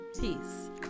Peace